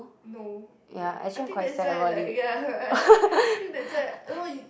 no that I think that's why like ya I think that's why no you